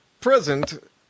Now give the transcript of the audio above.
present